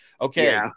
Okay